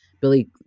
Billy